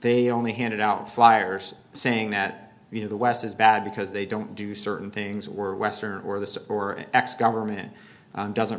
they only handed out flyers saying that you know the west is bad because they don't do certain things were western or this or x government doesn't